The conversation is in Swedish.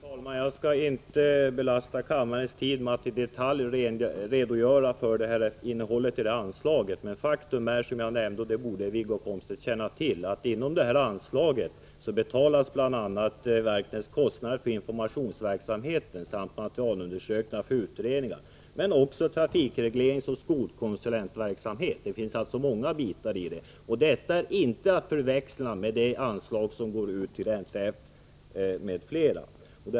Fru talman! Jag skall inte ta upp kammarens tid med att i detalj redogöra för innehållet i detta anslag. Faktum är emellertid, som jag nämnde — och det borde Wiggo Komstedt känna till — att bl.a. verkets kostnader för informationsverksamhet betalas över det här anslaget. Dessutom betalas materialundersökningar, utredningar, trafikregleringsoch skolkonsulentverksamhet. Det finns alltså många komponenter i det här anslaget. Detta är inte att förväxla med det anslag som går till NTF m.fl.